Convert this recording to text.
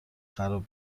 خراب